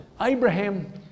Abraham